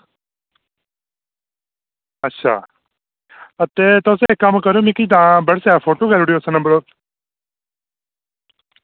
अच्छा ते तुस इक कम्म करेओ मिकी तां व्हाट्स एप्प फोटो करी ओड़ेओ इस्सै नंबर पर